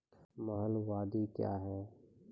महलबाडी क्या हैं?